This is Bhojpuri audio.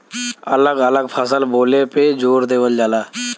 अलग अलग फसल बोले पे जोर देवल जाला